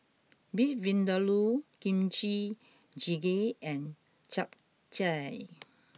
Beef Vindaloo Kimchi jjigae and Japchae